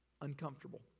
uncomfortable